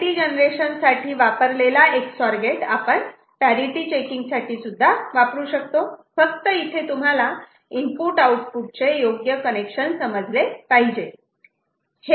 parity generation साठी वापरलेला Ex OR gate आपण पॅरिटि चेकिंग साठी सुद्धा वापरू शकतो फक्त इथे तुम्हाला इनपुट आऊटपुट चे योग्य कनेक्शन समजले पाहिजेत